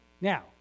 Now